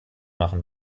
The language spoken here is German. machen